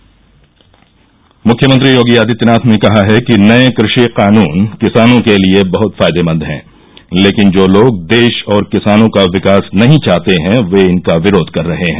दिल्ली मुख्यमंत्री योगी आदित्यनाथ ने कहा है कि नए कृषि कानून किसानों के लिए बहुत फायदेमंद हैं लेकिन जो लोग देश और किसानों का विकास नहीं चाहते हैं वे इनका विरोध कर रहे हैं